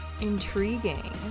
intriguing